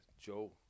Joe